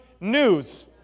news